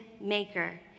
maker